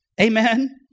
Amen